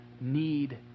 need